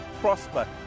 prosper